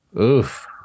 Oof